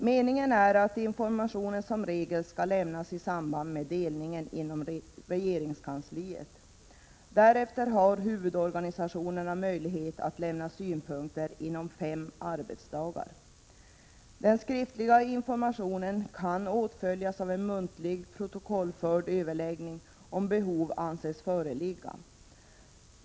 Meningen är att informationen som regel skall lämnas i samband med delningen inom regeringskansliet, därefter har huvudorganisationerna möjlighet att lämna synpunkter inom fem arbetsdagar. Den skriftliga informationen kan åtföljas av en muntlig, protokollförd överläggning, om behov anses föreligga.